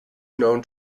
known